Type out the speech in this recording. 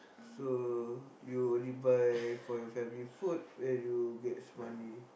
so you only buy for your family food where do you get money